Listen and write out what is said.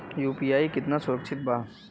UPI कितना सुरक्षित बा?